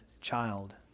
child